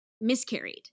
miscarried